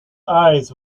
eyes